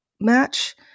match